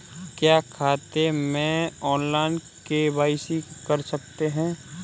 क्या खाते में ऑनलाइन के.वाई.सी कर सकते हैं?